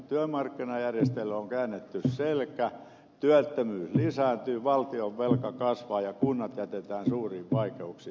työmarkkinajärjestöille on käännetty selkä työttömyys lisääntyy valtionvelka kasvaa ja kunnat jätetään suuriin vaikeuksiin